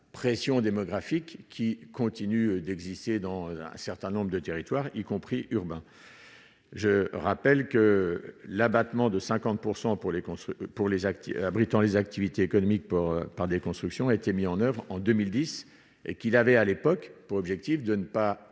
pression démographique qui continue d'exister dans un certain nombre de territoires, y compris urbain, je rappelle que l'abattement de 50 % pour les cons ce pour les actifs abritant les activités économiques pour par des constructions, a été mis en oeuvre en 2010 et qu'il avait à l'époque pour objectif de ne pas